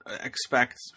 expect